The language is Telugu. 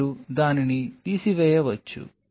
కాబట్టి మీరు దానిని తీసివేయవచ్చు